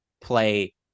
play